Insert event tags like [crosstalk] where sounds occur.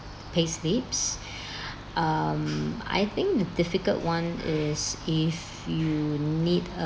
payslips [breath] um I think the difficult [one] is if you need